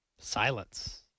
Silence